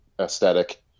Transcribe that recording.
aesthetic